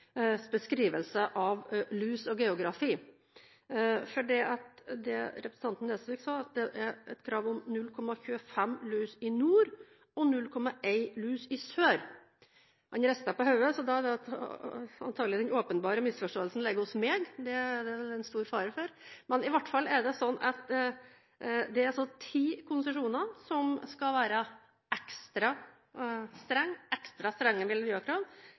beskrivelse av lus og geografi. Representanten Nesvik sa at det er krav om 0,25 lus per laks i nord og 0,1 lus i sør. Han rister på hodet, så da må antagelig den åpenbare misforståelsen ligge hos meg. I alle fall er det slik at det er ti konsesjoner som skal ha ekstra strenge